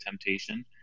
temptation